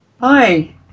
Hi